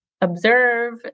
observe